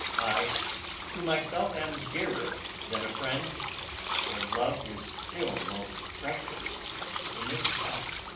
i to myself am dearer than a friend for love is still most precious in itself